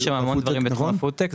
יש שם המון דברים בתחום הפוד-טק.